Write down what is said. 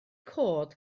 cod